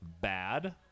bad